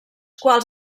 quals